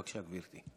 בבקשה, גברתי.